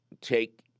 take